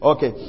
Okay